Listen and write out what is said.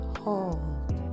hold